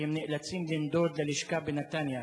כי הם נאלצים לנדוד ללשכה בנתניה.